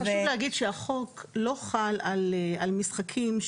החוק לא חל על משחקים,